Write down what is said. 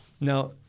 Now